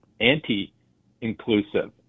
anti-inclusive